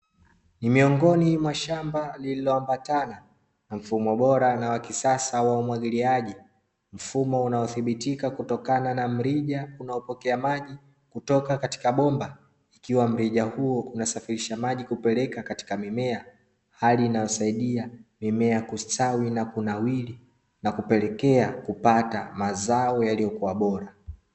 Ni miongoni mwa shamba liloambatana na mfumo bora na wa kisasa wa umwagiliaji mfumo unaothibitika kutokana na mrija unaopokea maji kutoka katika bomba, ikiwa mrija huo unasafirisha maji kupeleka katika mimea hali inayosaidia mimea kustawi na kunawiri na kupelekea kupata mazao yaliyokuwa bora.